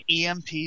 EMP